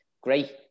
great